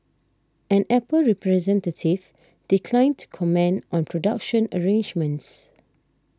an Apple representative declined to comment on production arrangements